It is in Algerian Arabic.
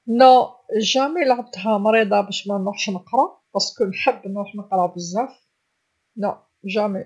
لا، جامي لعبتها مريضه باش منروحش نقرا خاطرش نحب نروح نقرا بزاف، لا جامي.